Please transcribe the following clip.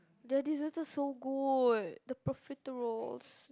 the desserts are so good the profiteroles